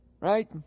right